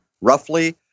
roughly